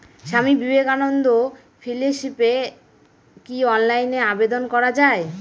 স্বামী বিবেকানন্দ ফেলোশিপে কি অনলাইনে আবেদন করা য়ায়?